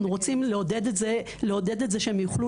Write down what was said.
אנחנו רוצים לעודד את זה שהן יוכלו